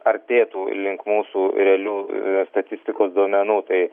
artėtų link mūsų realių statistikos duomenų tai